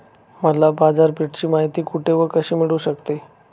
मला बाजारपेठेची माहिती कुठे व कशी मिळू शकते?